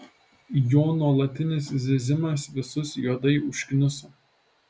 jo nuolatinis zyzimas visus juodai užkniso